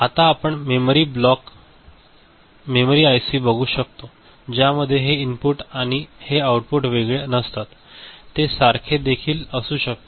आता आपण memory block memory IC बघू शकतो ज्यामध्ये हे इनपुट आणि आउटपुट वेगळे नसतात ते सारखे देखील असू शकतात